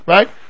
Right